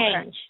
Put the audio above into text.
Okay